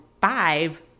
Five